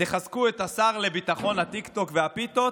תחזקו את השר לביטחון הטיקטוק והפיתות,